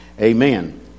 Amen